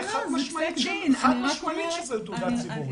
בעיניי, חד משמעית שזו תעודה ציבורית.